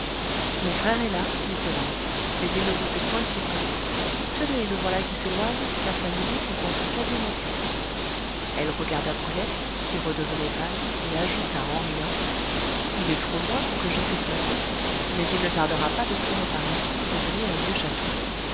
mon frère est là dit thérence mais il ne vous sait point si près tenez le voilà qui s'éloigne car sa musique ne s'entend quasiment plus elle regarda brulette qui redevenait pâle et ajouta en riant il est trop loin pour que je puisse l'appeler mais il ne tardera pas de tourner par ici et de venir au vieux château